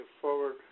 forward